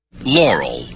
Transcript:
laurel